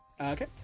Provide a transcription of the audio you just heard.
Okay